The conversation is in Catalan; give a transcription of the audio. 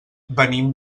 venim